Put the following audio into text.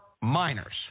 minors